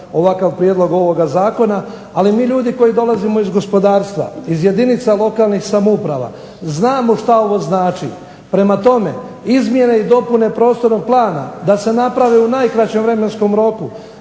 ovakav prijedlog ovoga zakona, ali mi ljudi koji dolazimo iz gospodarstva, iz jedinica lokalnih samouprava znamo što ovo znači. Prema tome, izmjene i dopune prostornog plana da se naprave u najkraćem vremenskom roku,